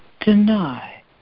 deny